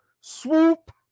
swoop